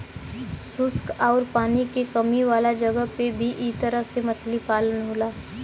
शुष्क आउर पानी के कमी वाला जगह पे भी इ तरह से मछली पालन होला